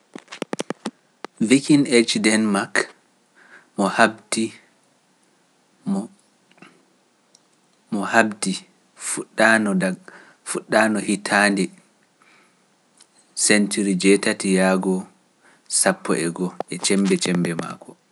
Wikin egcidien mak mo haɓdi fuɗɗaano hitaande ujune e temedde jetati e sappo yago sappo e jowi( eighteen ten to fifteen) maako.